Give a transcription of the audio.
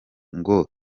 ngo